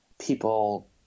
people